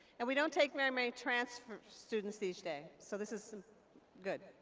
and we don't take very many transfer students each day, so this is good.